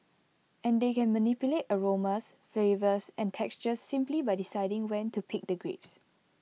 and they can manipulate aromas flavours and textures simply by deciding when to pick the grapes